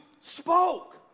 spoke